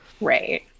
Right